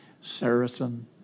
Saracen